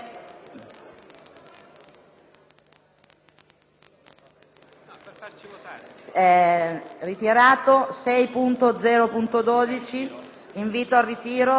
Grazie